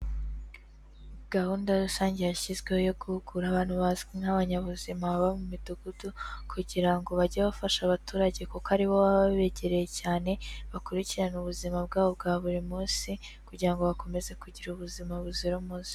Gahunda rusange yashyizweho yo guhugura abantu bazwi nk'abanyabuzima baba mu midugudu kugira ngo bajye bafasha abaturage kuko aribo baba babegereye cyane, bakurikirane ubuzima bwabo bwa buri munsi kugira ngo bakomeze kugira ubuzima buzira umuze.